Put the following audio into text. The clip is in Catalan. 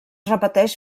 repeteix